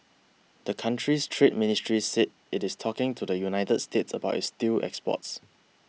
the country's trade ministry said it is talking to the United States about its steel exports